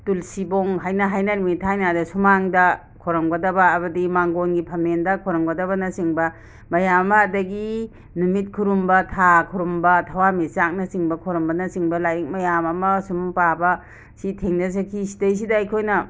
ꯇꯨꯜꯁꯤꯕꯣꯡ ꯍꯥꯏꯅ ꯍꯥꯏꯅꯔꯝꯃꯤ ꯊꯥꯏꯅꯉꯩꯗ ꯁꯨꯃꯥꯡꯗ ꯈꯣꯏꯔꯝꯒꯗꯕ ꯍꯥꯕꯗꯤ ꯃꯥꯡꯒꯣꯟꯒꯤ ꯐꯝꯃꯦꯟꯗ ꯈꯣꯏꯔꯝꯒꯗꯕꯅꯆꯤꯡꯕ ꯃꯌꯥꯝ ꯑꯃ ꯑꯗꯒꯤ ꯅꯨꯃꯤꯠ ꯈꯨꯔꯨꯝꯕ ꯊꯥ ꯈꯨꯔꯨꯝꯕ ꯊꯋꯥꯟ ꯃꯤꯆꯥꯛꯅꯆꯤꯡꯕ ꯈꯨꯔꯨꯝꯕꯅꯆꯤꯡꯕ ꯂꯥꯏꯔꯤꯛ ꯃꯌꯥꯝ ꯑꯃ ꯁꯨꯝ ꯄꯥꯕ ꯁꯤ ꯊꯦꯡꯅꯖꯈꯤ ꯁꯤꯗꯩꯁꯤꯗ ꯑꯩꯈꯣꯏꯅ